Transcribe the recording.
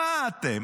מה אתם?